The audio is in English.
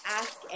ask